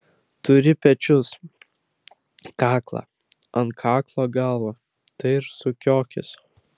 turi pečius kaklą ant kaklo galvą tai ir sukiokis